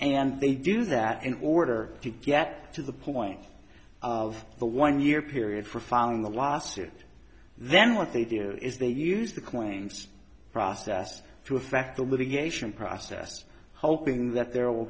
and they do that in order to get to the point of the one year period for following the lawsuit then what they did is they used the claims process to affect the litigation process hoping that there will